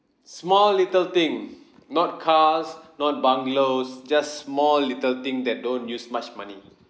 small little thing not cars not bungalows just small little thing that don't use much money